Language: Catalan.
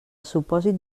supòsit